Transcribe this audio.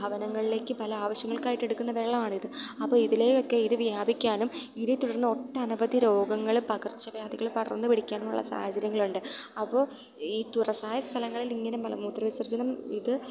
ഭവനങ്ങളിലേക്ക് പല ആവശ്യങ്ങൾക്കായിട്ട് എടുക്കുന്ന വെള്ളം ആണിത് അപ്പം ഇതിലേക്ക് ഇത് വ്യാപിക്കാനും ഇതി തുടർന്ന് ഒട്ടനവധി രോഗങ്ങൾ പകർച്ച വ്യാധികൾ പടർന്ന് പിടിക്കാനുമുള്ള സാഹചര്യങ്ങൾ ഉണ്ട് അപ്പോൾ ഈ തുറസായ സ്ഥലങ്ങളിൽ ഇങ്ങനെ മൂത്രവിസർജനം ഇത്